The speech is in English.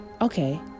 okay